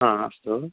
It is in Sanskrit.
हा अस्तु